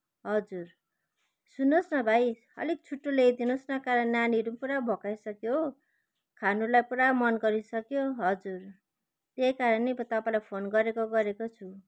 हजुर सुन्नुहोस् न भाइ अलिक छिट्टो ल्याइदिनु होस् न कारण नानीहरू पनि पुरा भोकाइसक्यो हो खानुलाई पुरा मन गरिसक्यो हजुर त्यही कारण नि त तपाईँलाई फोन गरेको गरेकै छु